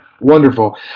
wonderful